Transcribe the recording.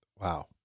Wow